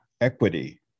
equity